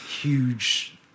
huge